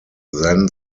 then